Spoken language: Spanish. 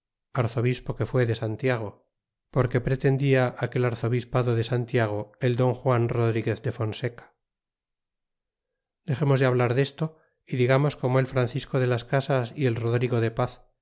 arzobispo que fué de santiago porque pretendía aquel arzobispado de santiago el don juan rodriguez de fonseca dexemos de hablar desto y digamos como el francisco de las casas y el rodrigo de paz